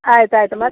ಆಯ್ತು ಆಯ್ತು ಮತ್ತು